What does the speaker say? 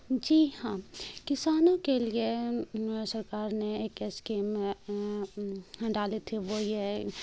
جی ہاں کسانوں کے لیے سرکار نے ایک اسکیم ڈالی تھی وہ یہ